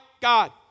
God